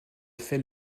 fait